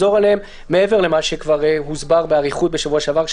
מעבר למה שכבר הוסבר באריכות בשבוע שעבר,